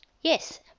Yes